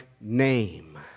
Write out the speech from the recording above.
name